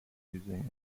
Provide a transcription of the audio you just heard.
using